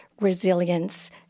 resilience